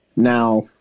Now